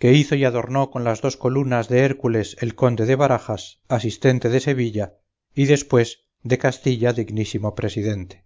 que hizo y adornó con las dos colunas de hércules el conde de barajas asistente de sevilla y después de castilla dignísimo presidente